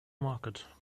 market